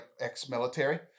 ex-military